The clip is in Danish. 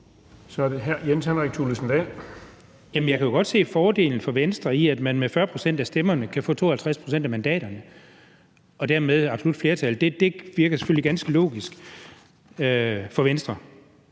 Dahl. Kl. 17:57 Jens Henrik Thulesen Dahl (DF): Jamen jeg kan jo godt se fordelen for Venstre i, at man med 40 pct. af stemmerne kan få 52 pct. af mandaterne og dermed absolut flertal. Det virker selvfølgelig ganske logisk for Venstre.